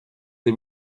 the